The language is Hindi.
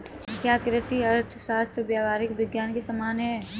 क्या कृषि अर्थशास्त्र व्यावहारिक विज्ञान के समान है?